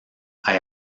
hay